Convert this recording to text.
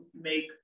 make